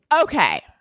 Okay